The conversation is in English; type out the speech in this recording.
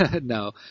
No